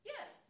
Yes